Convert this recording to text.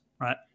Right